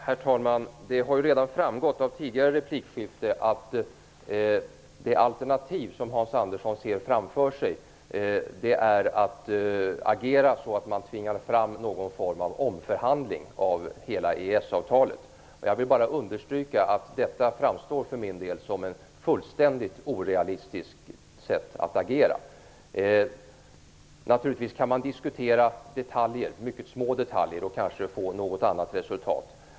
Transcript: Herr talman! Det har redan framgått av tidigare replikskifte att det alternativ som Hans Andersson ser framför sig är att man agerar så att man tvingar fram någon form av omförhandling av hela EES avtalet. Jag vill bara understryka att detta för min del framstår som ett fullständigt orealistiskt sätt att agera på. Man kan naturligtvis diskutera detaljer, även mycket små detaljer, och komma till något annat resultat.